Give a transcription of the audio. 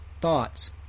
thoughts